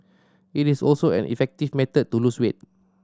it is also an effective method to lose weight